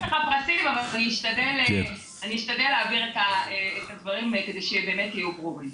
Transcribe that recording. אני אשתדל להעביר את הדברים כדי שבאמת יהיו ברורים.